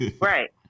Right